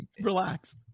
Relax